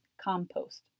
compost